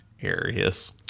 areas